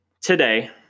today